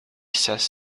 says